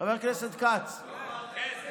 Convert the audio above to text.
חבר הכנסת כץ, לא אמרת איזה.